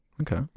okay